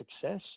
success